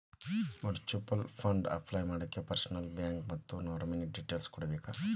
mutual fund apply ಮಾಡಾಕ ಪರ್ಸನಲ್ಲೂ bank ಮತ್ತ ನಾಮಿನೇ ಡೇಟೇಲ್ಸ್ ಕೋಡ್ಬೇಕ್